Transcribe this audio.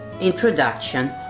introduction